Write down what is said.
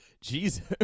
jesus